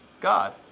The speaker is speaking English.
God